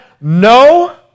no